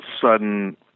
sudden